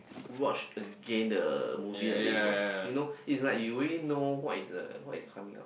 watch again the movie that that you watch you know it's like you already know what is the what is coming out